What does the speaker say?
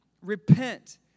repent